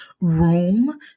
room